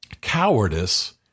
cowardice